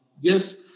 Yes